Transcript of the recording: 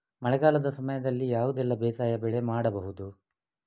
ಮಳೆಗಾಲದ ಸಮಯದಲ್ಲಿ ಯಾವುದೆಲ್ಲ ಬೇಸಾಯ ಬೆಳೆ ಮಾಡಬಹುದು?